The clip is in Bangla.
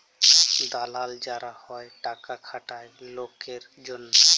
দালাল যারা হ্যয় টাকা খাটায় লকের জনহে